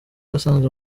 yasanze